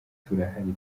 turahari